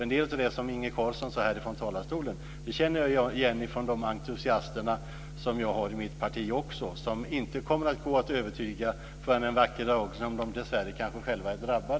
En del av det som Inge Carlsson sade härifrån talarstolen känner jag igen från de entusiaster som jag har i mitt parti också, som inte kommer att gå att övertyga förrän de en vacker dag kanske dessvärre själva är drabbade.